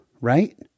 Right